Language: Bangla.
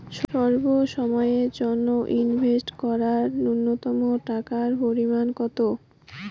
স্বল্প সময়ের জন্য ইনভেস্ট করার নূন্যতম টাকার পরিমাণ কত?